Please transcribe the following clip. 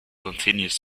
continuous